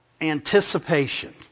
anticipation